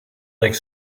like